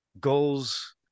goals